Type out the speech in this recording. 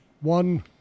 One